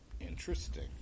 Interesting